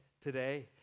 today